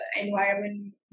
environment